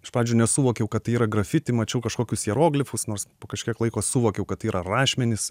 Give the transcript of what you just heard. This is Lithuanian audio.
iš pradžių nesuvokiau kad tai yra grafiti mačiau kažkokius hieroglifus nors po kažkiek laiko suvokiau kad tai yra rašmenys